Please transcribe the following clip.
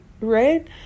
right